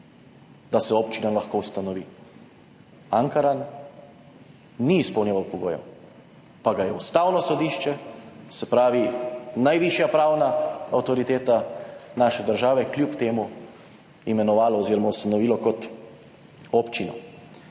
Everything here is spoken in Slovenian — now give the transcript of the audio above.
da se občina lahko ustanovi. Ankaran ni izpolnjeval pogojev, pa ga je Ustavno sodišče, se pravi najvišja pravna avtoriteta naše države, kljub temu imenovalo oziroma ustanovilo kot občino.